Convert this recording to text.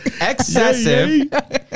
excessive